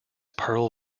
pearl